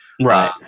right